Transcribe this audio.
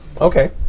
Okay